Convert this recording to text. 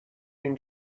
این